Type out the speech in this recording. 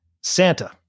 Santa